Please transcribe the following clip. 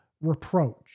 reproach